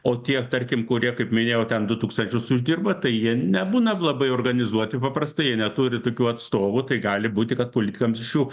o tie tarkim kurie kaip minėjau ten du tūkstančius uždirba tai jie nebūna labai organizuoti paprastai jie neturi tokių atstovų tai gali būti kad politikams iš jų